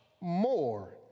more